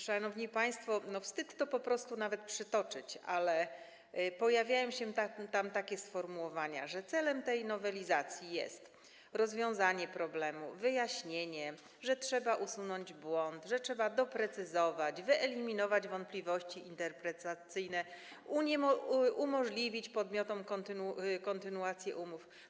Szanowni państwo, wstyd to nawet przytoczyć, ale pojawiają się tam takie sformułowania, że celem tej nowelizacji jest rozwiązanie problemu, wyjaśnienie, że trzeba usunąć błąd, że trzeba doprecyzować, wyeliminować wątpliwości interpretacyjne, umożliwić podmiotom kontynuację umów.